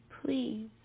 Please